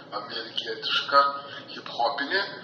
amerikietišką hiphopinį